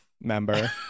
member